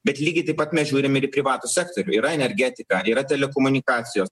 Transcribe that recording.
bet lygiai taip pat mes žiūrim ir į privatų sektorių yra energetika yra telekomunikacijos